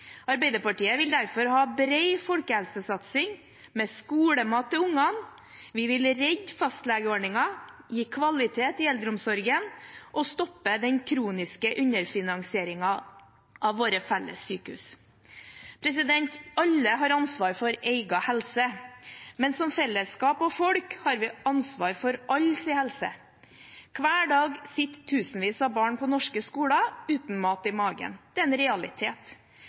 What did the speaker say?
Arbeiderpartiet vil derfor ha bred folkehelsesatsing, med skolemat til ungene. Vi vil redde fastlegeordningen, gi kvalitet i eldreomsorgen og stoppe den kroniske underfinansieringen av våre felles sykehus. Alle har ansvar for egen helse, men som fellesskap og folk har vi ansvar for alles helse. Hver dag sitter tusenvis av barn på norske skoler uten mat i magen. Det er en realitet.